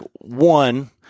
one